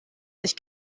sich